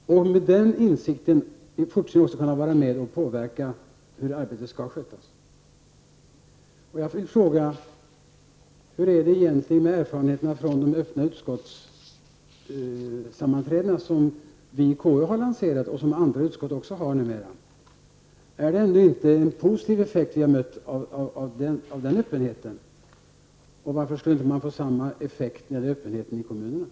Med den insikten kan kommuninvånarna i fortsättningen också vara med och påverka hur arbetet skall skötas. Jag vill fråga: Hur är erfarenheterna från de öppna utskottssammanträdena som vi i KU har lanserat och som också andra utskott numera har? Är inte effekten av denna öppenhet positiv? Varför skulle man inte få samma effekt när det gäller öppenheten i kommunerna?